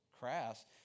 crass